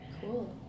cool